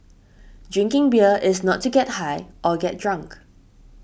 drinking beer is not to get high or get drunk